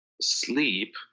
sleep